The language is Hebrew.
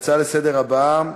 ההצעה הבאה לסדר-היום: